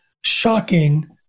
shocking